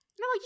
no